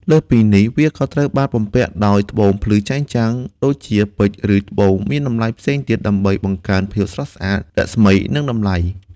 លើសពីនេះ វាក៏ត្រូវបានបំពាក់ដោយ ត្បូងភ្លឺចែងចាំង ដូចជាពេជ្រ ឬត្បូងមានតម្លៃផ្សេងទៀត ដើម្បីបង្កើនភាពស្រស់ស្អាត រស្មី និងតម្លៃ។